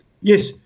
Yes